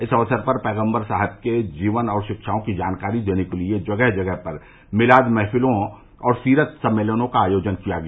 इस अवसर पर पैगम्बर साहब के जीवन और शिक्षाओं की जानकारी देने के लिए जगह जगह पर मिलाद महफिलों और सीरत सम्मेलनों का आयोजन किया गया